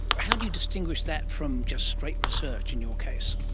how do you distinguish that from just straight research in your case?